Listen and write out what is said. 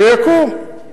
שיקום.